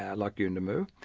yeah like yuendamu,